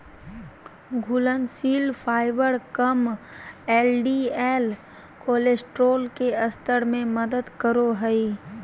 घुलनशील फाइबर कम LDL cholesterol के स्तर में मदद करो हइ